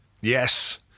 Yes